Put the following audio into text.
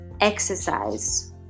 exercise